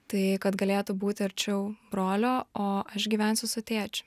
tai kad galėtų būti arčiau brolio o aš gyvensiu su tėčiu